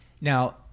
Now